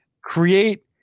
create